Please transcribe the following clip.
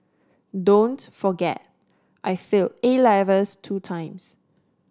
don't forget I failed A Levels two times